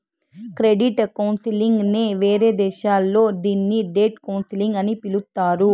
credit counselling నే వేరే దేశాల్లో దీన్ని డెట్ కౌన్సిలింగ్ అని పిలుత్తారు